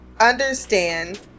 understand